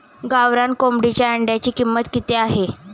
गावरान कोंबडीच्या अंड्याची किंमत किती आहे?